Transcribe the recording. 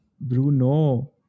bruno